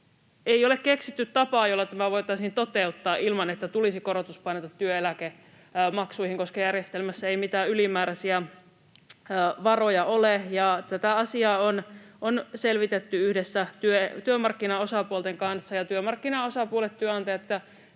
ei ole keksitty tapaa, jolla tämä voitaisiin toteuttaa ilman, että tulisi korotuspaineita työeläkemaksuihin, koska järjestelmässä ei mitään ylimääräisiä varoja ole. Tätä asiaa on selvitetty yhdessä työmarkkinaosapuolten kanssa, ja työmarkkinaosapuolet — työnantajat